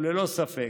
וללא ספק,